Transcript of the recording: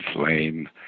flame